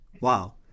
Wow